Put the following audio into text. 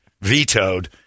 vetoed